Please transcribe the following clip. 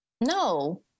No